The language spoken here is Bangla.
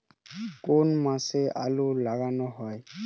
কোন মাসে আলু লাগানো হয়?